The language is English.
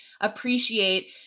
appreciate